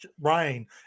Rain